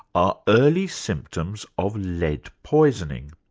are early symptoms of lead poisoning.